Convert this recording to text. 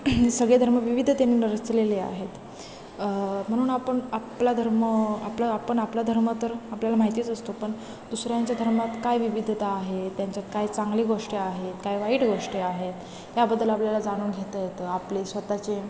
सगळे धर्म विविध त्यांनी रचलेले आहेत म्हणून आपण आपला धर्म आपलं आपण आपला धर्म तर आपल्याला माहितीच असतो पण दुसऱ्यांच्या धर्मात काय विविधता आहे त्यांच्यात काय चांगली गोष्ट आहेत काय वाईट गोष्टी आहेत याबद्दल आपल्याला जाणून घेता येतं आपले स्वतःचे